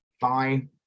fine